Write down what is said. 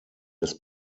des